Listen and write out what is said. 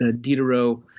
Diderot